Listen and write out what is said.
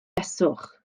beswch